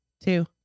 two